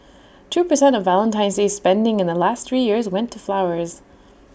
two per cent of Valentine's day spending in the last three years went to flowers